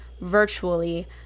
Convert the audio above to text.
virtually